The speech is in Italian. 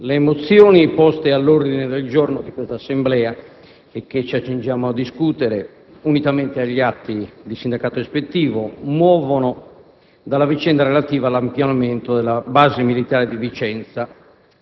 le mozioni poste all'ordine del giorno di questa Assemblea, che ci accingiamo a discutere unitamente agli altri atti di sindacato ispettivo, muovono dalla vicenda relativa all'ampliamento della base militare di Vicenza,